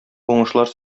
уңышлар